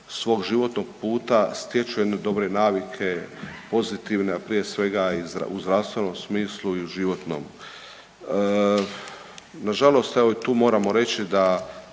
svog životnog puta stječu jednu dobre navike, pozitivne, a prije svega u zdravstvenom smislu i životnom. Nažalost evo i tu moramo reći da